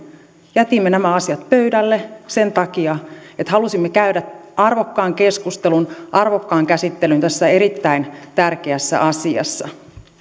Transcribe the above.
jätimme nämä asiat pöydälle sen takia että halusimme käydä arvokkaan keskustelun arvokkaan käsittelyn tässä erittäin tärkeässä asiassa